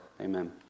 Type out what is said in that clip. Amen